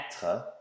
être